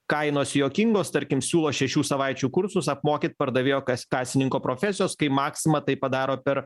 kainos juokingos tarkim siūlo šešių savaičių kursus apmokyt pardavėjo kasininko profesijos kai maksima tai padaro per